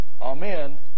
Amen